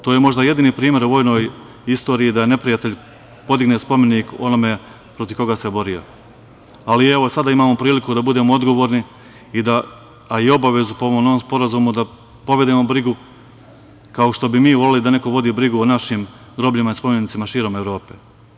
To je možda jedini primer o vojnoj istoriji da neprijatelj podigne spomenik onome protiv koga se borio, ali evo sada imamo priliku da budemo odgovorni, a i obavezu po ovom novom Sporazumu da povedemo brigu kao što bi mi voleli da neko vodi brigu o našim grobljima, spomenicima širom Evrope.